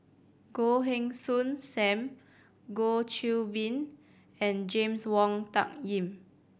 Goh Heng Soon Sam Goh Qiu Bin and James Wong Tuck Yim